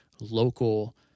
local